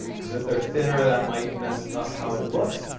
cause if they're thinner that might mess up how it looks,